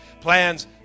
plans